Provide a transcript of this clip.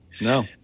No